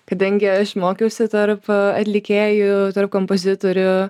kadangi aš mokiausi tarp atlikėjų tarp kompozitorių